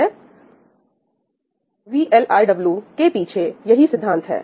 VLIW very long instructions world architecture के पीछे यही सिद्धांत है